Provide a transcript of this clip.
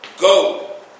go